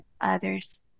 others